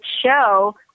show